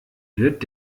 wird